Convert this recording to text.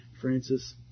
Francis